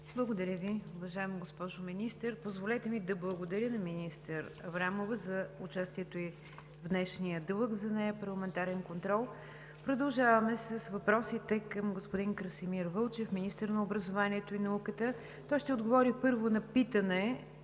Благодаря Ви, уважаема госпожо Министър. Позволете ми да благодаря на министър Аврамова за участието ѝ в днешния дълъг за нея парламентарен контрол. Продължаваме с въпросите към господин Красимир Вълчев – министър на образованието и науката. Той ще отговори първо на питане